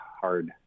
hard